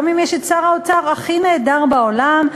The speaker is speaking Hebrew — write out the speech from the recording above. גם אם יש שר האוצר הכי נהדר בעולם,